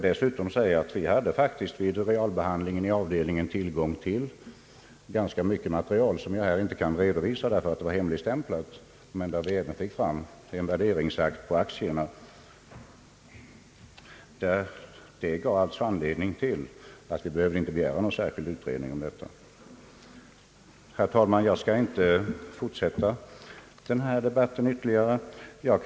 Dessutom vill jag säga att vi vid realbehandlingen i utskottet faktiskt hade tillgång till ganska omfattande material, som jag här inte kan redovisa därför att det var hemligstämplat men där vi även fick fram en värderingsakt på aktierna. Det var alltså anledningen till att vi inte behövde begära någon särskild utredning om detta. Herr talman! Jag skall inte fortsätta debatten ytterligare.